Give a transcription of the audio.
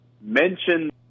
mentioned